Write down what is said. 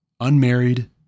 unmarried